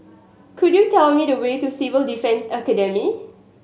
could you tell me the way to Civil Defence Academy